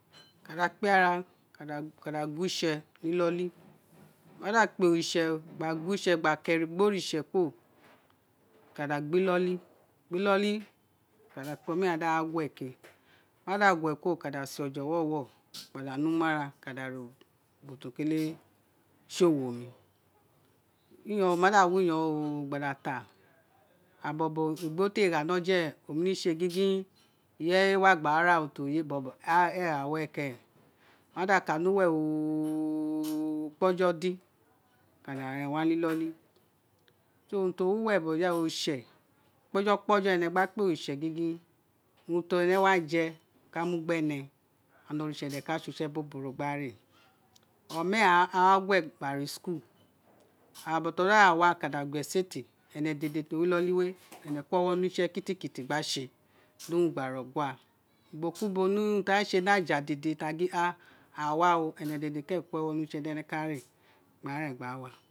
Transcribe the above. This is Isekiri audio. ka da kpi ara ene ka da guo itse ni inoli ene ma guo itse gba ko erin gbe oritse kuro a laa da gba inoli gba inoli a ka da kpé oma ghan gin di aghan wa gue ghan ma da gue kuro a ka da sé oje owawe gba da numara gba ré ubo ti o kélé so wo ro iyonghon o ma danoi iyonghon gba da ta irabobo ogho té gha ni ojo ren né mi sé gingin iréyé wa gba ra urun ti oyé bobo éè gha were kere aghan da kani uwe o gbo jọ din aghan ka da rẹn wa ni inoli so urun ti o wu wo bo awe oritse kpojo kpojo owun ene gba kpé oritse gingin urun ti ene wa je ka mi gbẹnẹ and oritse de ka sé usé ẹbobo ro gbe re o ma ghan owa gue gbe ré school ira bobo ira ghon ma wa aghan ka gba esote ene dédé to wi inoli wé éne ko ẹwọ ni use kili gba sé di urun gba ré ogue ubo ki ubo ni urun ti a sé ni aja dédé ti a gin awa o ene dedé keren ko awo ni use di ene ka re gba ren gbawa